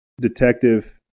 detective